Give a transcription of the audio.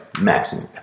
Maximum